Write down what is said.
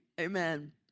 Amen